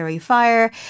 fire